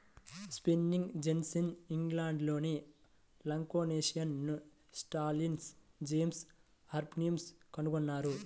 spinning జెన్నీని ఇంగ్లండ్లోని లంకాషైర్లోని స్టాన్హిల్ జేమ్స్ హార్గ్రీవ్స్ కనుగొన్నారు